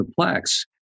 complex